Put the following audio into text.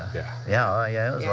yeah. yeah. yeah.